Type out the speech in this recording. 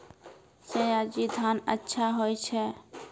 सयाजी धान अच्छा होय छै?